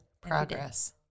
progress